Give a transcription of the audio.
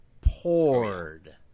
poured